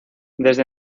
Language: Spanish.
desde